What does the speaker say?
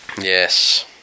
Yes